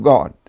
God